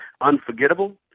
unforgettable